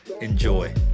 Enjoy